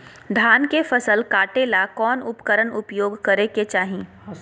धान के फसल काटे ला कौन उपकरण उपयोग करे के चाही?